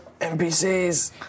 NPCs